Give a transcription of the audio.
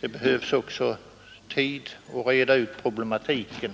det ocks; att reda ut problematiken.